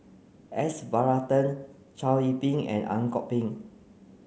S Varathan Chow Yian Ping and Ang Kok Peng